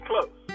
close